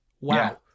Wow